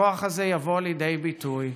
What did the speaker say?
הכוח הזה יבוא לידי ביטוי.